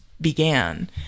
began